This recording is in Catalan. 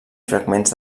fragments